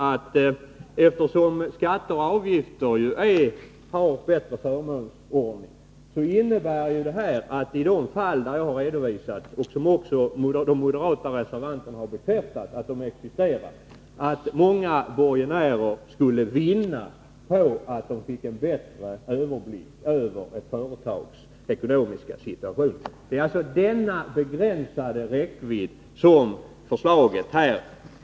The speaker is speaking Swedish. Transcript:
Och eftersom skatter och avgifter har bättre förmånsordning innebär det i de fall som jag har redovisat — och som också de moderata reservanterna har bekräftat att de existerar — att många borgenärer skulle vinna på att få en bättre överblick över ett företags ekonomiska situation. Det är denna begränsade räckvidd som förslaget har.